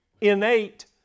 innate